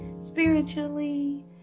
spiritually